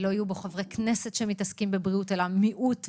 מדוע לא יהיו בו חברי כנסת שמתעסקים בבריאות אלא מיעוט,